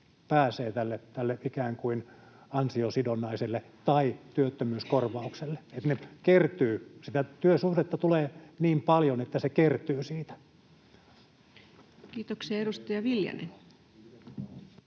pääsee tälle ikään kuin ansiosidonnaiselle tai työttömyyskorvaukselle. Eli sitä työsuhdetta tulee niin paljon, että se kertyy siitä. [Speech 161] Speaker: